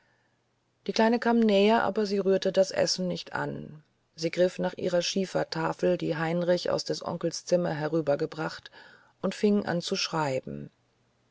die kleine kam näher aber sie rührte das essen nicht an sie griff nach ihrer schiefertafel die heinrich aus des onkels zimmer herübergebracht und fing an zu schreiben